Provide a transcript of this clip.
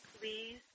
please